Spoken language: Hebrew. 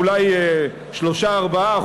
אולי 3% 4%,